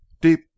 Deep